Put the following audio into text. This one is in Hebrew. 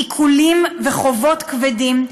עיקולים וחובות כבדים,